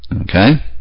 Okay